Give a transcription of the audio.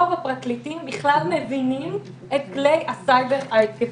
רוב הפרקליטים בכלל מבינים את כלי הסייבר ההתקפי.